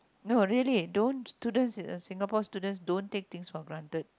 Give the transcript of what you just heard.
no really don't students Singapore students don't take things for granted